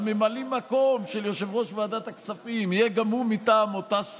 ממלא המקום של יושב-ראש ועדת הכספים יהיה גם הוא מטעם אותה סיעה,